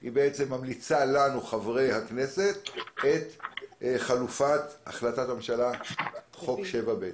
היא ממליצה לנו חברי הכנסת על חלופת החלטת הממשלה לסעיף 7(ב)(6).